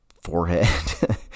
forehead